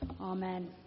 Amen